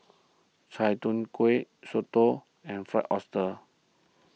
Chai Tow Kuay Soto and Fried Oyster